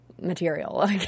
material